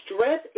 stress